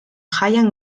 jaian